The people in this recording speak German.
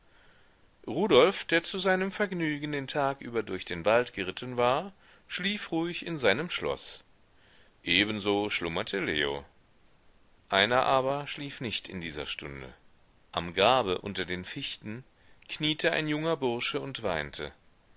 rudolf der zu seinem vergnügen den tag über durch den wald geritten war schlief ruhig in seinem schloß ebenso schlummerte leo einer aber schlief nicht in dieser stunde am grabe unter den fichten kniete ein junger bursche und weinte